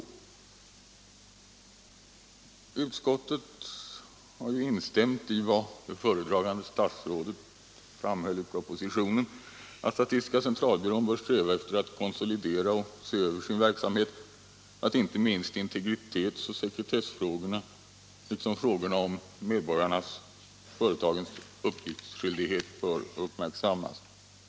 Utskottet instämmer i vad föredragande statsrådet framhåller i propositionen, nämligen att statistiska centralbyrån bör sträva efter att konsolidera och se över sin verksamhet och att inte minst integritets och sekretessfrågorna liksom frågorna om medborgarnas och företagens uppgiftsskyldighet bör uppmärksammas.